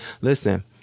Listen